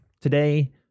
today